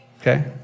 okay